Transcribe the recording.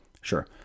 Sure